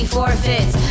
Forfeits